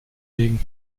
legen